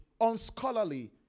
unscholarly